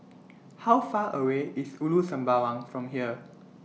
How Far away IS Ulu Sembawang from here